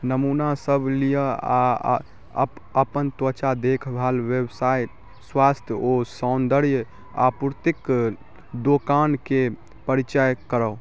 नमूना सब लिअ आ अप अपन त्वचा देखभाल व्यवसाय स्वास्थ्य ओ सौन्दर्य आपूर्तिक दोकानके परिचय कराउ